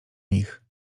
nich